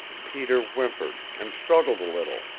peter whimpered, and struggled a little,